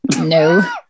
no